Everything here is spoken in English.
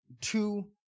two